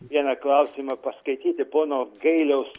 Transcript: vieną klausimą paskaityti pono gailiaus